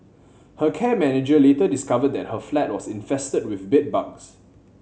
her care manager later discovered that her flat was infested with bedbugs